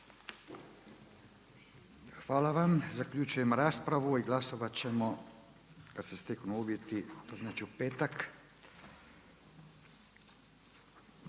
Hvala vam. Zaključujem raspravu i glasovati ćemo kada se steknu uvjeti, to znači u petak.